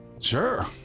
Sure